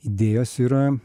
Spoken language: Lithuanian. idėjos yra